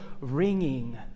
ringing